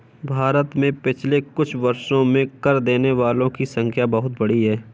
भारत में पिछले कुछ वर्षों में कर देने वालों की संख्या बहुत बढ़ी है